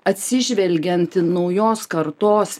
atsižvelgiant į naujos kartos